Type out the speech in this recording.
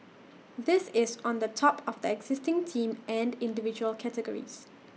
this is on the top of the existing team and individual categories